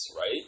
right